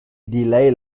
delay